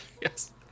Yes